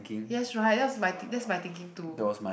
yes right that was my th~ that's my thinking too